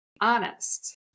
honest